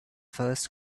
first